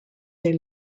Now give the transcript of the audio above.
they